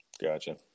Gotcha